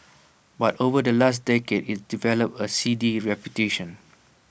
but over the last decade IT developed A seedy reputation